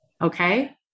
Okay